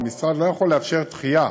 והמשרד לא יכול לאפשר דחייה